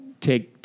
take